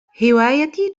هوايتي